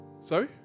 Sorry